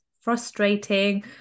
frustrating